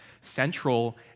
central